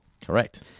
Correct